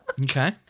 Okay